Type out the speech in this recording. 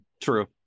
true